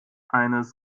eines